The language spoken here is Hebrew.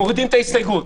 מורידים את ההסתייגות.